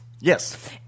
Yes